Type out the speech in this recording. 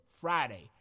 Friday